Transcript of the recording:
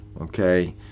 okay